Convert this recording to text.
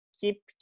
keep